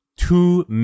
Two